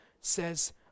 says